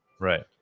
right